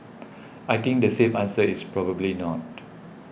I think the safe answer is probably not